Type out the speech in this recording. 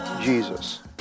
Jesus